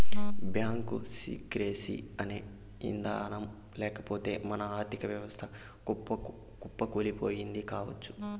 bank secrecy అనే ఇదానం లేకపోతె మన ఆర్ధిక వ్యవస్థ కుప్పకూలిపోతుంది కావచ్చు